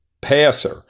passer